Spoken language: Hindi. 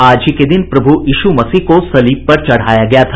आज ही के दिन प्रभु यीशू मसीह को सलीब पर चढ़ाया गया था